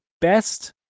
best